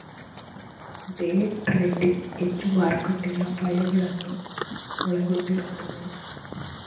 day trading ಹೆಚ್ಚು ಮಾರುಕಟ್ಟೆಯ ಅಪಾಯಗಳನ್ನು ಒಳಗೊಂಡಿರುತ್ತದೆ